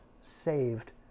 saved